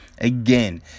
again